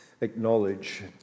acknowledge